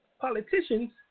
politicians